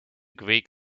greek